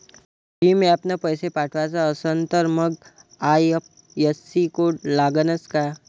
भीम ॲपनं पैसे पाठवायचा असन तर मंग आय.एफ.एस.सी कोड लागनच काय?